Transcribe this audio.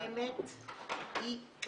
בכל מקום הגננת קשובה